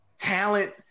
talent